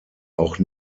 auch